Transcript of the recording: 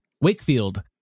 Wakefield